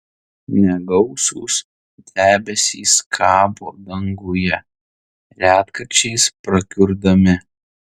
negausūs debesys kabo danguje retkarčiais prakiurdami